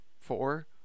four